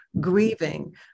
grieving